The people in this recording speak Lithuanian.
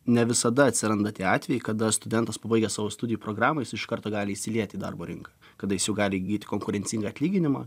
ne visada atsiranda tie atvejai kada studentas pabaigia savo studijų programą jis iš karto gali įsilieti į darbo rinką kada jis jau gali įgyti konkurencingą atlyginimą